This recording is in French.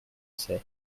c’est